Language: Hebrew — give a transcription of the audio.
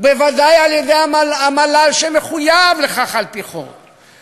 בוודאי על-ידי המל"ל שמחויב לכך על-פי חוק.